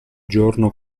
giorno